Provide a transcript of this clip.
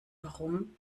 warum